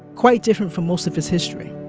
quite different from most of its history